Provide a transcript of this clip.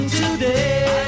today